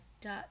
dot